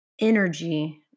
energy